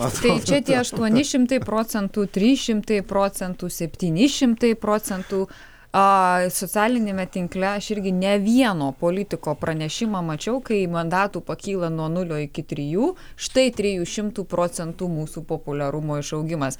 o tai čia tie aštuoni šimtai procentų trysšimtai procentų septyni šimtai procentų a socialiniame tinkle aš irgi ne vieno politiko pranešimą mačiau kai mandatų pakyla nuo nulio iki trijų štai mūsų trijų šimtų procentų mūsų populiarumo išaugimas